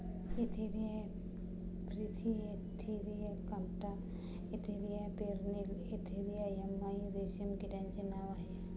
Antheraea frithi Antheraea compta Antheraea pernyi Antheraea yamamai रेशीम किड्याचे नाव आहे